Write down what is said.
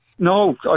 No